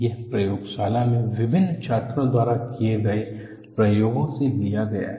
यह प्रयोगशाला में विभिन्न छात्रों द्वारा किए गए प्रयोगों से लिया गया है